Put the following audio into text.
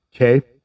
okay